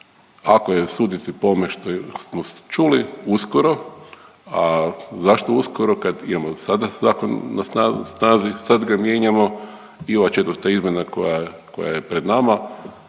Ako je suditi po ovome što smo čuli uskoro, a zašto uskoro kad imamo sada zakon na snazi sad ga mijenjamo i ova četvrta izmjena koja je, koja